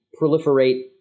proliferate